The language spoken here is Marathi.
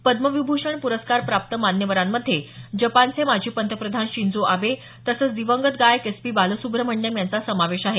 पद्मविभुषण पुरस्कार प्राप्त मान्यवरांमध्ये जपानचे माजी पंतप्रधान शिंजो आबे तसंच दिवंगत गायक एस पी बालसुब्रह्मण्यम यांचा समावेश आहे